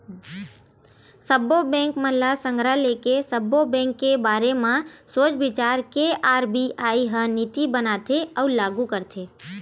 सब्बो बेंक मन ल संघरा लेके, सब्बो बेंक के बारे म सोच बिचार के आर.बी.आई ह नीति बनाथे अउ लागू करथे